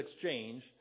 exchange